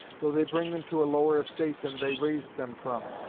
though they bring them to a lower estate than they raised them from,